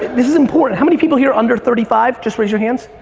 this is important how many people here under thirty five? just raise your hands.